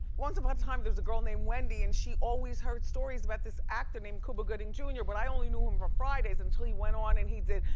once upon a time, there was a girl named wendy and she always heard stories about this actor named cuba gooding jr, but i only knew him from friday's until he went on and he did,